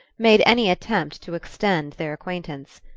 made any attempt to extend their acquaintance.